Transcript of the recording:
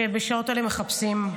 שבשעות האלה מחפשים.